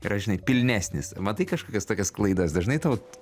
yra žinai pilnesnis matai kažkokias tokias klaidas dažnai tau